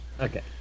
Okay